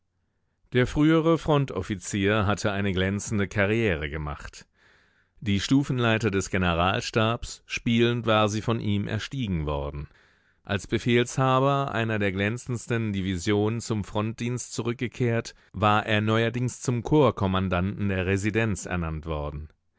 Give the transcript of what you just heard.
der frühere frontoffizier hatte eine glänzende karriere gemacht die stufenleiter des generalstabs spielend war sie von ihm erstiegen worden als befehlshaber einer der glänzendsten divisionen zum frontdienst zurückgekehrt war er neuerdings zum korpskommandanten der residenz ernannt worden